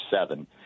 Seven